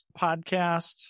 podcast